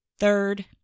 Third